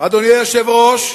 אדוני היושב-ראש,